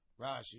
Rashi